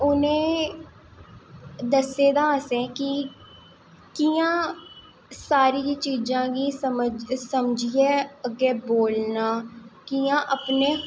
उनें दस्से दा असेंगी कि कियां सारियें चीज़ें गी अग्गैं बोलनां कियां अपना